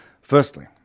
Firstly